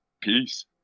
Peace